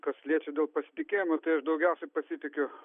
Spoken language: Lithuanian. kas liečia dėl pasitikėjimo tai aš daugiausiai pasitikiu